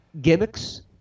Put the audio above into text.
gimmicks